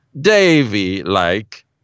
Davy-like